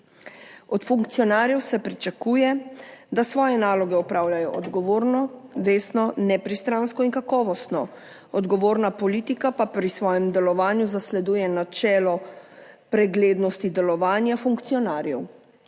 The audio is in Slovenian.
Od funkcionarjev se pričakuje, da svoje naloge opravljajo odgovorno, vestno, nepristransko in kakovostno, odgovorna politika pa pri svojem delovanju zasleduje načelo preglednosti delovanja funkcionarjev,